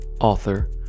author